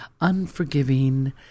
unforgiving